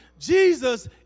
Jesus